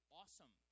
awesome